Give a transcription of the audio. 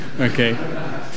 okay